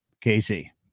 Casey